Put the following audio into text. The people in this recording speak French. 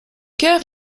chœur